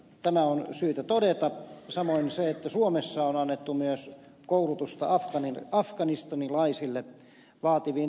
tämä on syytä todeta samoin se että suomessa on annettu myös koulutusta afganistanilaisille vaativiin tehtäviin